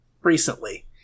recently